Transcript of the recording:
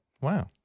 Wow